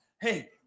Hey